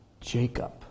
Jacob